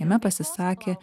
jame pasisakė